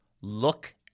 look